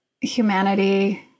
humanity